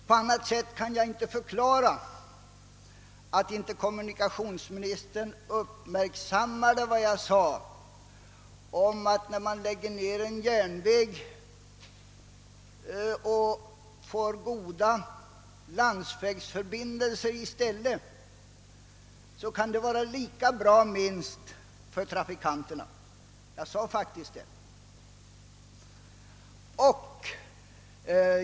På annat sätt kan jag inte förklara att kommunikationsministern inte uppmärksammade vad jag sade: När man lägger ned en järnväg och i stället får goda landsvägsförbindelser kan det vara minst lika bra för trafikanterna. Jag sade faktiskt det.